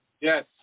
Yes